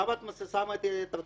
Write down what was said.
למה את שמה את ארצות-הברית?